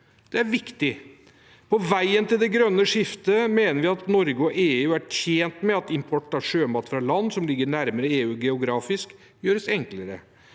Det er viktig. På veien til det grønne skiftet mener vi at Norge og EU er tjent med at import av sjømat fra land som ligger nærmere EU geografisk, gjøres enklere.